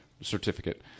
certificate